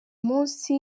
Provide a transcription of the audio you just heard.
munsi